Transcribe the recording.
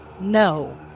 No